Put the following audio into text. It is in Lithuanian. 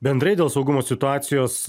bendrai dėl saugumo situacijos